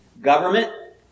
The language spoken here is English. Government